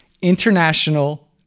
international